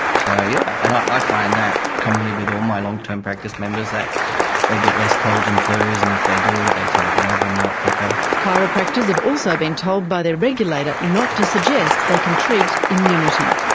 so yes. yeah and i find that commonly with all my long-term practice members, that they get less colds and flus, and if they do they tend to get over them a lot quicker. chiropractors have also been told by their regulator not to suggest they can treat immunity.